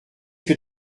que